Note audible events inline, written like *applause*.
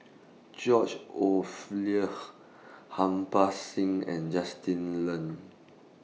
George *unintelligible* Harbans Singh and Justin Lean